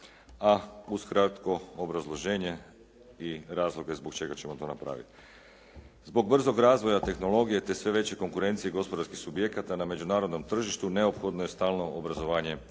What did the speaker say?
a uz kratko obrazloženje i razloge zbog čega ćemo to napraviti. Zbog brzog razvoja tehnologije te sve veće konkurencije gospodarskih subjekata na međunarodnom tržištu neophodno je stalno obrazovanje